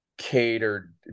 Catered